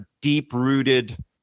deep-rooted